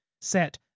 set